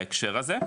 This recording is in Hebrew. בהקשר הזה,